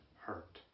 hurt